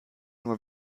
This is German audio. nur